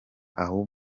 aho